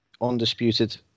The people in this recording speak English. undisputed